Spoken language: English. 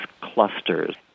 clusters